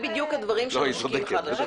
אלה בדיוק הדברים שנושקים זה לזה.